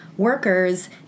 workers